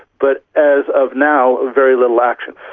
but as of now very little action.